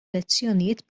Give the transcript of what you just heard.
elezzjonijiet